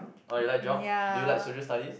oh you like Geog do you like Social Studies